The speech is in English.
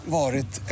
varit